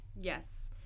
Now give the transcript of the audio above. Yes